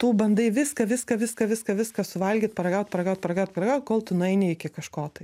tu bandai viską viską viską viską viską suvalgyt paragaut paragaut paragaut paragaut kol tu nueini iki kažko tai